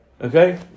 Okay